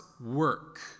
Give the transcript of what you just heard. work